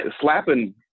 slapping